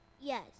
Yes